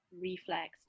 reflex